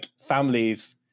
families